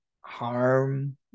harm